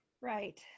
Right